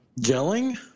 gelling